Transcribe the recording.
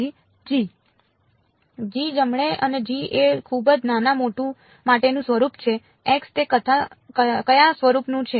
g જમણે અને g એ ખૂબ જ નાના માટેનું સ્વરૂપ છે x તે કયા સ્વરૂપનું છે